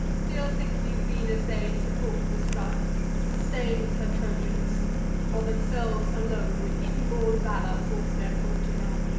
still think you venus' aid supports the strife sustains her trojans or themselves, alone, with inborn valor force their fortune on?